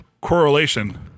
correlation